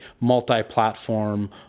multi-platform